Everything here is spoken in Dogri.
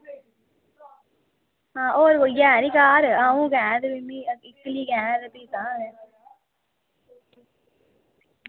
होर कोई ऐ नी घर अंऊ गै भी इक्कली गै भी तां गै